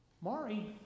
Mari